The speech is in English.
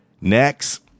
next